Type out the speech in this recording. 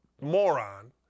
moron